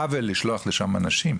עוול לשלוח לשם אנשים,